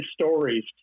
stories